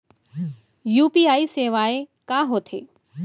UPI सेवाएं का होथे?